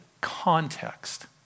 context